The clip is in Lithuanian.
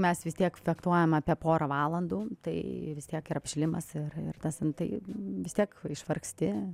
mes vis tiek fektuojam apie porą valandų tai vis tiek ir apšilimas ir ir tas nu tai vis tiek išvargsti